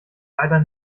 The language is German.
leider